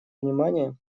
внимание